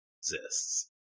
exists